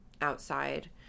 outside